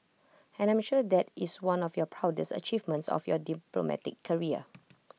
and I'm sure that is one of your proudest achievements of your diplomatic career